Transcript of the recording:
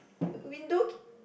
window